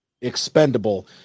Expendable